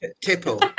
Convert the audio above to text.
Tipple